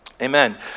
Amen